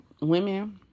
women